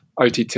OTT